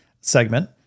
segment